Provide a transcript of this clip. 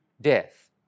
death